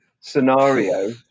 scenario